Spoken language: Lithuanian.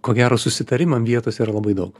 ko gero susitarimam vietos yra labai daug